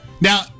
Now